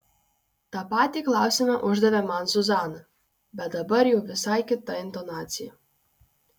tą patį klausimą uždavė man zuzana bet dabar jau visai kita intonacija